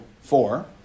four